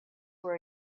for